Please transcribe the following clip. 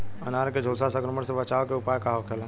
अनार के झुलसा संक्रमण से बचावे के उपाय का होखेला?